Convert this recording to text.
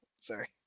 Sorry